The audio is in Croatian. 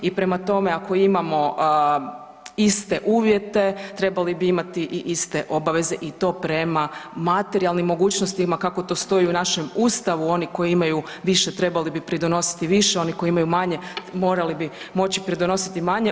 I prema tome ako imamo iste uvjete trebali bi imati i iste obaveze i to prema materijalnim mogućnostima kako to stoji u našem Ustavu oni koji imaju više trebali bi pridonositi više, oni koji imaju manje morali bi moći pridonositi manje.